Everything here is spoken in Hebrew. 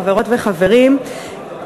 חברות וחברים,